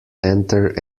enter